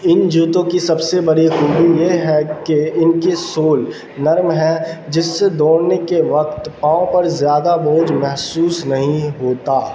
ان جوتوں کی سب سے بڑی خوبو یہ ہے کہ ان کے سول نرم ہیں جس سے دوڑنے کے وقت پاؤں پر زیادہ بوجھ محسوس نہیں ہوتا